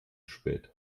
spät